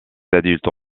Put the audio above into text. adultes